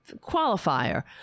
qualifier